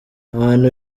abantu